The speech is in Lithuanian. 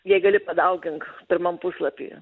jei gali padaugink pirmam puslapyje